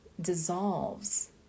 dissolves